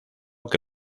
que